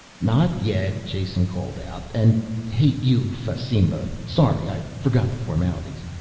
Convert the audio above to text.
not yet, jason called out. and hate you, fasimba, sorry i forgot the formalities.